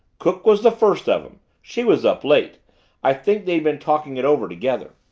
cook was the first of them she was up late i think they'd been talking it over together.